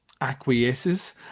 acquiesces